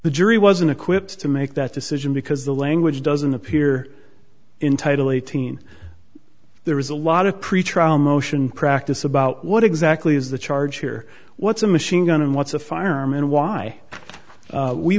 the jury wasn't equipped to make that decision because the language doesn't appear in title eighteen there is a lot of pretrial motion practice about what exactly is the charge here what's a machine gun and what's a firearm and why